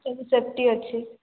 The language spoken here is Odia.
ସବୁ ସେଫ୍ଟି ଅଛି